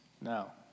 now